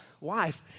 wife